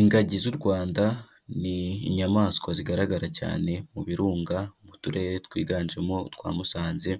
Ingagi z'u Rwanda ni inyamaswa zigaragara cyane mu birunga mu turere twiganjemo utwa Musanze,